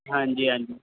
ਹਾਂਜੀ ਹਾਂਜੀ